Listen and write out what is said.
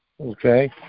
Okay